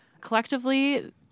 Collectively